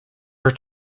her